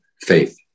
faith